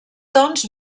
tons